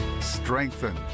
strengthen